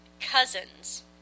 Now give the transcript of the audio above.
cousins